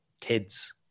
kids